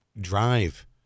drive